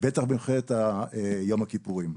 בטח במלחמת יום הכיפורים.